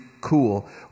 cool